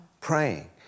praying